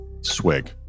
swig